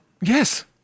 Yes